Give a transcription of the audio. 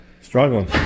Struggling